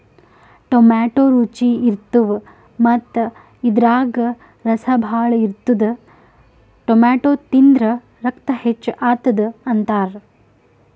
tomato ರುಚಿ ಇರ್ತವ್ ಮತ್ತ್ ಇದ್ರಾಗ್ ರಸ ಭಾಳ್ ಇರ್ತದ್ ಟೊಮ್ಯಾಟೋ ತಿಂದ್ರ್ ರಕ್ತ ಹೆಚ್ಚ್ ಆತದ್ ಅಂತಾರ್